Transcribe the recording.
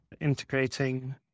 integrating